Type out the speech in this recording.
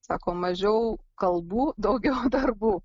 sako mažiau kalbų daugiau darbų